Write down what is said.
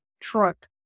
truck